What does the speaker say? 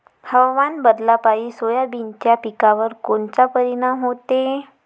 हवामान बदलापायी सोयाबीनच्या पिकावर कोनचा परिणाम होते?